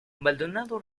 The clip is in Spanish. maldonado